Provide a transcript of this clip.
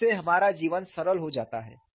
जिससे हमारा जीवन सरल हो जाता है